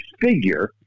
figure